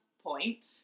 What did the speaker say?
point